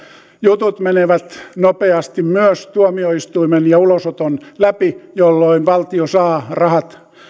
jutut menevät nopeasti myös tuomioistuimen ja ulosoton läpi jolloin valtio saa rahat